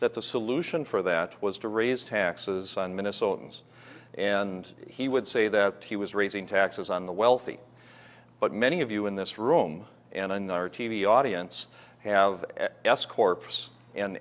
that the solution for that was to raise taxes on minnesotans and he would say that he was raising taxes on the wealthy but many of you in this room and in our t v audience have